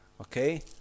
Okay